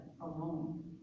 alone